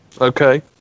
Okay